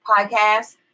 Podcast